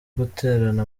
guterana